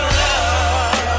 love